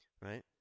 Right